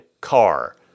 car